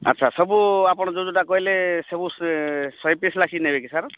ଆଚ୍ଛା ସବୁ ଆପଣ ଯୋଉ ଯୋଉଟା କହିଲେ ସବୁ ସେ ଶହେ ପିସ୍ ଲେଖାଏଁ ନେବେ କି ସାର୍